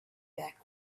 back